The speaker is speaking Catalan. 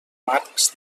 marcs